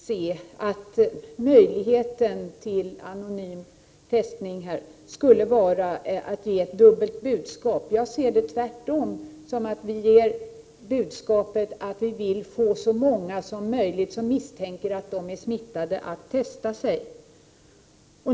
Herr talman! Liksom Marg6é Ingvardsson kan jag inte inse att möjligheten att förbli anonym vid testning skulle innebära att vi ger dubbla budskap. Tvärtom ger vi budskapet att så många som möjligt av dem som misstänker att de är smittade skall låta testa sig.